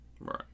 Right